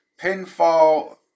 pinfall